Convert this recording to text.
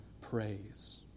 praise